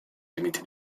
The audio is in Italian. limiti